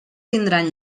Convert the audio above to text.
tindran